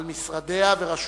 על משרדיה ורשויותיה,